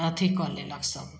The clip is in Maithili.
अथी कऽ लेलक सभ